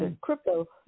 crypto